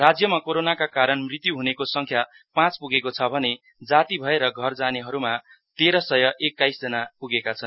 राज्यमा कोरनाका कारण मृत्यु हुनेको सङ्ख्या पाँच पुगेको छ भने जाति भएर घर जानेहरूका तेर सय एक्काइस जना पुगेका छन्